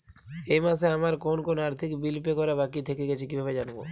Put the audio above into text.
এই মাসে আমার কোন কোন আর্থিক বিল পে করা বাকী থেকে গেছে কীভাবে জানব?